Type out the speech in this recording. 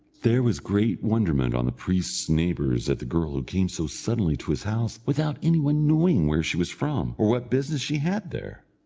there was great wonderment on the priest's neighbours at the girl who came so suddenly to his house without any one knowing where she was from, or what business she had there.